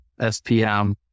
SPM